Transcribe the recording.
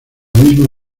misma